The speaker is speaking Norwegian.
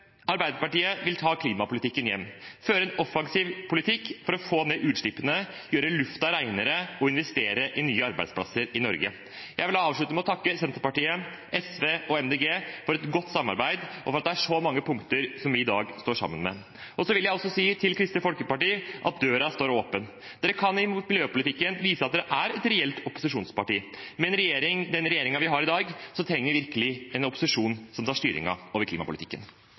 Arbeiderpartiet vil ta klimapolitikken hjem, føre en offensiv politikk for å få ned utslippene, gjøre lufta renere og investere i nye arbeidsplasser i Norge. Jeg vil avslutte med å takke Senterpartiet, SV og Miljøpartiet De Grønne for et godt samarbeid og for at det er så mange punkter som vi i dag står sammen om. Så vil jeg også si til Kristelig Folkeparti at døren står åpen. De kan i miljøpolitikken vise at de er et reelt opposisjonsparti. Med den regjeringen vi har i dag, trenger vi virkelig en opposisjon som tar styringen over klimapolitikken.